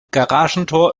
garagentor